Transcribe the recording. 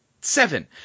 Seven